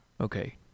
Okay